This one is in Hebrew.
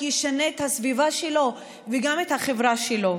ישנה את הסביבה שלו וגם את החברה שלו.